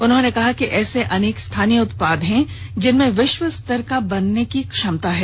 उन्होंने कहा कि ऐसे अनेक स्थानीय उत्पाद हैं जिनमें विश्व स्तर का बनने की क्षमता है